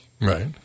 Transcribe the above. Right